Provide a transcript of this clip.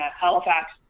Halifax